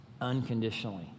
unconditionally